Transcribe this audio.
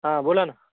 हां बोला ना